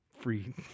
free